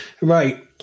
Right